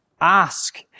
Ask